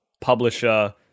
publisher